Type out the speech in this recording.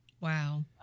Wow